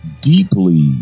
deeply